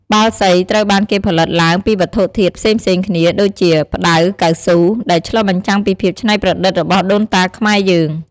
បាល់សីត្រូវបានគេផលិតឡើងពីវត្ថុធាតុផ្សេងៗគ្នា ដូចជា ផ្ដៅ កៅស៊ូ ឬផ្លែឈើស្ងួតមួយចំនួន ដែលឆ្លុះបញ្ចាំងពីភាពច្នៃប្រឌិតរបស់ដូនតាខ្មែរយើង។